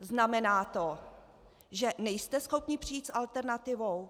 Znamená to, že nejste schopni přijít s alternativou?